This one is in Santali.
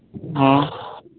ᱦᱚᱸ